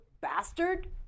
bastard